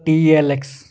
T L X